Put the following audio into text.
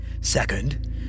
Second